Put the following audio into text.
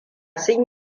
sun